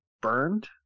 Burned